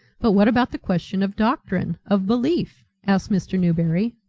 but what about the question of doctrine, of belief? asked mr. newberry.